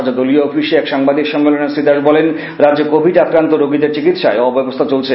আজ দলীয় অফিসে এক সাংবাদিক সম্মেলনে শ্রীদাস বলেন রাজ্যে কোভিড আক্রন্ত রোগীদের চিকিৎসায় অব্যবস্থা চলছে